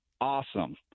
awesome